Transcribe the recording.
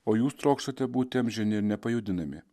o jūs trokštate būti amžini ir nepajudinami